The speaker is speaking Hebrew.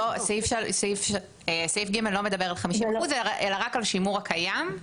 סעיף (ג) לא מדבר על 50% אלא רק על שימור הקיים,